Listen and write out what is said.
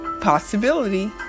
possibility